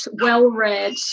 well-read